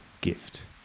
gift